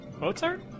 Mozart